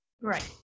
right